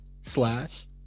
slash